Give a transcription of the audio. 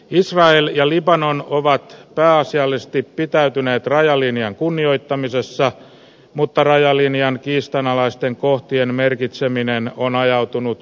israel ja libanon ovat pääasiallisesti pitäytyneet rajalinjan kunnioittamisessa mutta rajalinjan kiistanalaisten kohtien merkitseminen on ajautunut umpikujaan